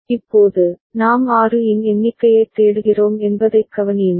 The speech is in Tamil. இப்போது நாம் 6 இன் எண்ணிக்கையைத் தேடுகிறோம் என்பதைக் கவனியுங்கள்